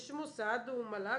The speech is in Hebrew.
יש מוסד, הוא מל"ג.